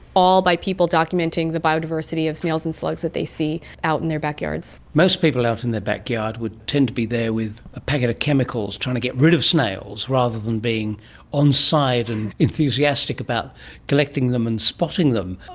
all though people documenting the biodiversity of snails and slugs that they see out in their backyards. most people out in their backyard would tend to be there with a packet of chemicals trying to get rid of snails rather than being onside and enthusiastic about collecting them and spotting them.